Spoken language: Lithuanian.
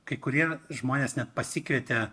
kai kurie žmonės net pasikvietė